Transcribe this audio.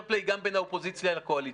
פליי גם בין האופוזיציה לקואליציה.